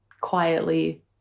quietly